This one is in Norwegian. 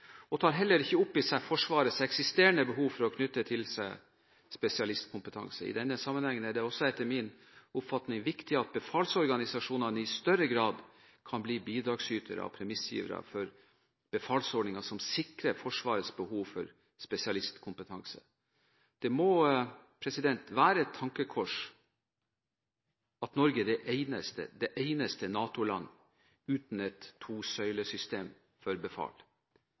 og tar heller ikke opp i seg Forsvarets eksisterende behov for å knytte til seg spesialistkompetanse. I denne sammenhengen er det etter min oppfatning også viktig at befalsorganisasjonene i større grad kan bli bidragsytere og premissgivere for befalsordninger som sikrer Forsvarets behov for spesialistkompetanse. Det må være et tankekors at Norge er det eneste – det eneste – NATO-land uten et tosøyle-system for befal.